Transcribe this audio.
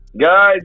Guys